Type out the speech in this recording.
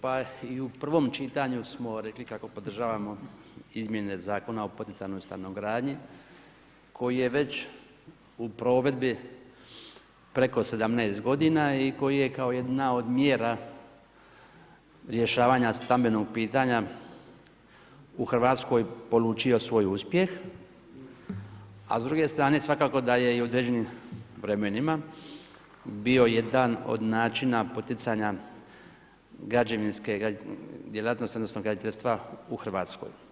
Pa i u prvom čitanju smo rekli kako podržavamo izmjene Zakona o poticajnoj stanogradnji koji je već u provedbi preko 17 godina i koji je kao jedna od mjera rješavanja stambenog pitanja u Hrvatskoj polučio svoj uspjeh, a s druge strane svakako da je i u određenim vremenima bio jedan od načina poticanja građevinske djelatnosti odnosno graditeljstva u Hrvatskoj.